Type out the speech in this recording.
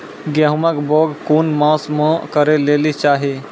गेहूँमक बौग कून मांस मअ करै लेली चाही?